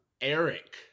Eric